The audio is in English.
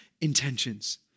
intentions